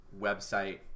website